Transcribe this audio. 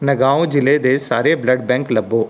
ਨਗਾਓ ਜ਼ਿਲ੍ਹੇ ਦੇ ਸਾਰੇ ਬਲੱਡ ਬੈਂਕ ਲੱਭੋ